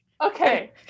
Okay